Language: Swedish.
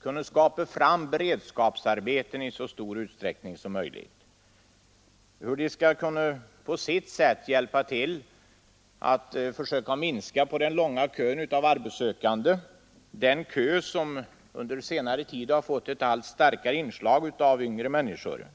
kunna skapa fram beredskapsarbeten i så stor utsträckning som möjligt, hur de på sitt sätt skall kunna hjälpa till att försöka minska den långa kön av arbetssökande — den kö som under senare tid har fått ett allt starkare inslag av unga människor.